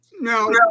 no